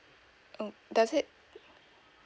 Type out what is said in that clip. oh does it